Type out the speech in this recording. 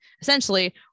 essentially